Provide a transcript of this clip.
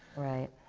right.